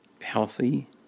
healthy